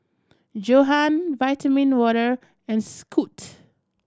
Johan Vitamin Water and Scoot